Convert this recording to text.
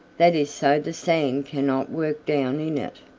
that is so the sand cannot work down in it.